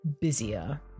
busier